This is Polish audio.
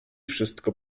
wszystko